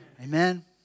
Amen